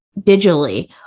digitally